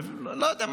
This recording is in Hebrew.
אני לא יודע,